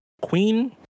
Queen